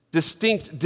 distinct